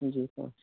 जी sir